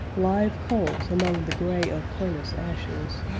live coals among the gray of furnace ashes.